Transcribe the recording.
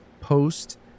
post